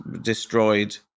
destroyed